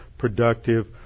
productive